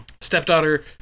stepdaughter